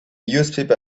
newspaper